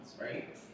right